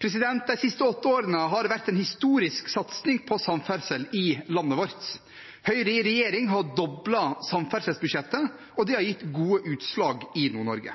De siste åtte årene har det vært en historisk satsing på samferdsel i landet vårt. Høyre i regjering har doblet samferdselsbudsjettet, og det har gitt gode utslag i Nord-Norge.